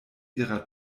ihrer